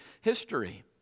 history